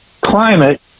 climate